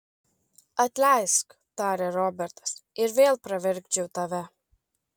atleisk tarė robertas ir vėl pravirkdžiau tave